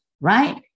right